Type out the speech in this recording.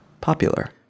popular